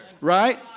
Right